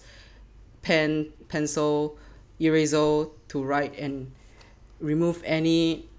pen pencil eraser to write and remove any